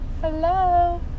Hello